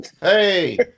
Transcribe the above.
Hey